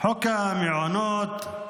חוק המעונות,